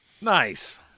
Nice